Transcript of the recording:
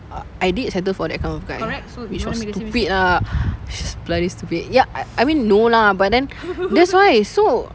uh I did settle for that kind of guy ah which was stupid ah bloody stupid ya I I mean no lah but then that's why so